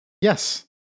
Yes